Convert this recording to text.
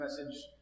message